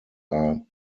are